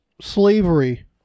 slavery